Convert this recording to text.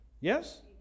Yes